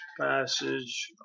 passage